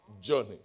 journey